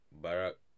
Barak